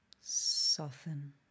Soften